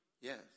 Yes